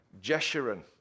Jeshurun